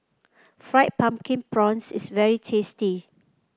Fried Pumpkin Prawns is very tasty